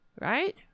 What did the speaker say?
Right